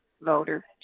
voter